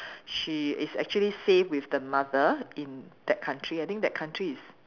she is actually safe with the mother in that country I think that country is